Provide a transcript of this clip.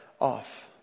off